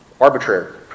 arbitrary